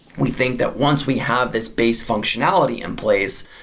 we think that once we have this base functionality in place,